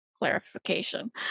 clarification